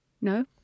no